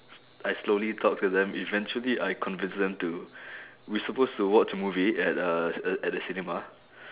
I slowly talk to them eventually I convince them to we suppose to watch a movie at uh uh at the cinema